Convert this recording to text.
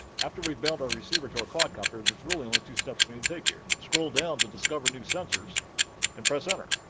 after we've bound our receiver to our quadcopter, there's really only two steps we need to take here. scroll down to discover new sensors and press enter.